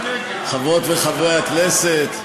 חברות וחברי הכנסת,